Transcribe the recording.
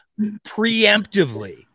preemptively